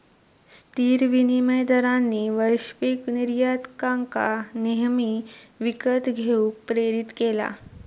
स्थिर विनिमय दरांनी वैश्विक निर्यातकांका नेहमी विकत घेऊक प्रेरीत केला